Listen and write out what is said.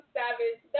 savage